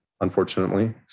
Unfortunately